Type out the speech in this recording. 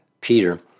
Peter